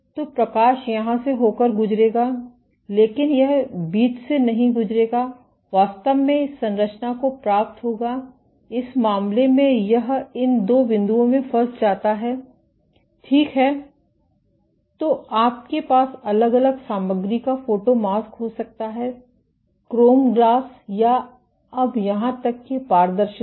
तो प्रकाश यहाँ से होकर गुजरेगा लेकिन यह बीच से नहीं गुजरेगा वास्तव में इस संरचना को प्राप्त होगा इस मामले में यह इन दो बिंदुओं में फंस जाता है ठीक है तो आपके पास अलग अलग सामग्री का फोटोमास्क हो सकता है क्रोम ग्लास या अब यहां तक कि पारदर्शिता